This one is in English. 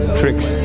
tricks